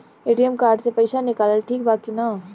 ATM card से पईसा निकालल ठीक बा की ना?